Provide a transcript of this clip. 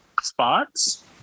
spots